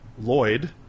Lloyd